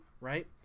right